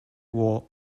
war